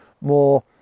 more